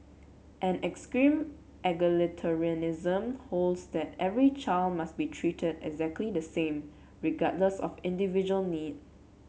an extreme egalitarianism holds that every child must be treated exactly the same regardless of individual need